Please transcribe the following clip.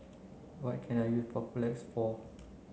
what can I use Papulex for